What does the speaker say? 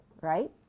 right